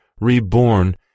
reborn